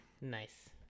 Nice